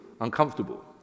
uncomfortable